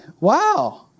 wow